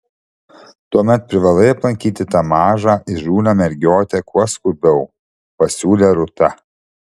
tuomet privalai aplankyti tą mažą įžūlią mergiotę kuo skubiau pasiūlė rūta